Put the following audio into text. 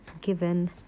given